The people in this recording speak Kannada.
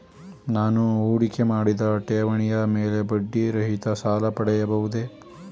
ನಾನು ಹೂಡಿಕೆ ಮಾಡಿದ ಠೇವಣಿಯ ಮೇಲೆ ಬಡ್ಡಿ ರಹಿತ ಸಾಲ ಪಡೆಯಬಹುದೇ?